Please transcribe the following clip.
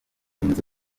inzu